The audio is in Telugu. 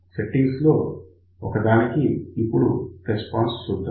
సెట్టింగ్స్ లో ఒకదానికి ఇప్పుడు రెస్పాన్స్ చూద్దాం